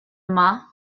yma